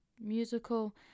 musical